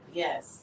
yes